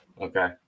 okay